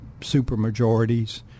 supermajorities